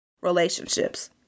relationships